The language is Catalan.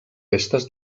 restes